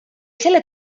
selle